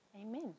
Amen